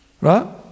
Right